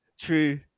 True